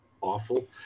awful